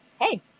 hey